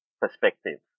perspective